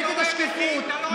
נגד השקיפות.